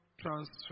transfer